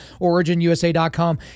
originusa.com